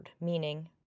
meaning